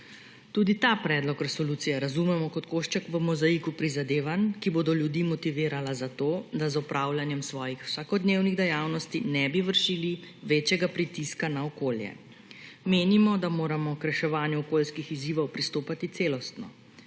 Tudi ta predlog resolucije razumemo kot košček v mozaiku prizadevanj, ki bodo ljudi motivirala za to, da z opravljanjem svojih vsakodnevnih dejavnosti ne bi vršili večjega pritiska na okolje. Menimo, da moramo k reševanju okoljskih izzivov pristopati celostno.